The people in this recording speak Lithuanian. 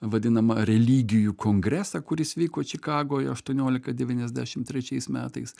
vadinamą religijų kongresą kuris vyko čikagoj aštuoniolika devyniasdešim trečiais metais